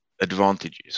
advantages